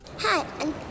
Hi